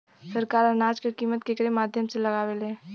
सरकार अनाज क कीमत केकरे माध्यम से लगावे ले?